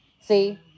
See